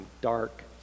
dark